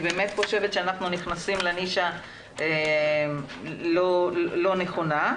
אני באמת חושבת שאנחנו נכנסים לנישה לא נכונה.